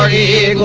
e.